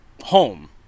home